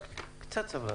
רק קצת סבלנות.